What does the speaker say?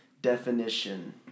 definition